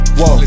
whoa